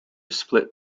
split